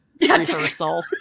rehearsal